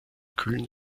kühlen